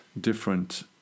different